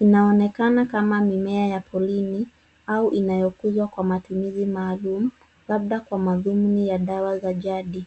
Inaonekana kama mimea ya porini au inayokuja kwa matumizi maalum, labda kwa madhumuni ya dawa za jadi.